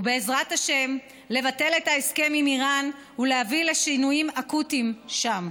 ובעזרת השם לבטל את ההסכם עם איראן ולהביא לשינויים אקוטיים שם.